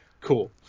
Cool